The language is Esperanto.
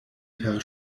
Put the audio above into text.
per